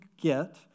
get